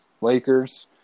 Lakers